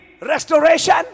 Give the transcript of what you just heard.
restoration